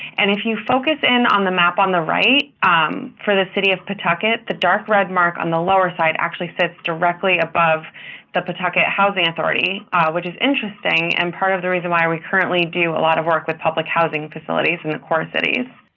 and if you focus in on the map on the right for the city of pawtucket, the dark red mark on the lower side actually fits directly above the pawtucket housing authority which is interesting and part of the reason why we currently do a lot of work with public housing facilities in the core cities.